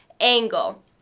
angle